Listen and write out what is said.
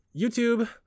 YouTube